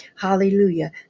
hallelujah